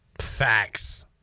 Facts